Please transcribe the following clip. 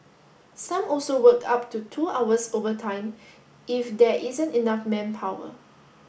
some also work up to two hours overtime if there isn't enough manpower